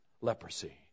leprosy